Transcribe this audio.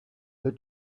the